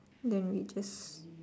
then we just